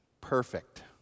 perfect